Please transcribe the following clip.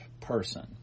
person